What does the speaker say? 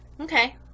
Okay